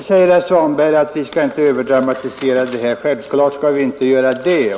Vi skall inte överdramatisera det här, säger herr Svanberg. Självfallet inte.